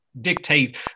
dictate